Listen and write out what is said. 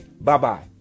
Bye-bye